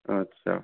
अच्छा